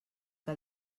que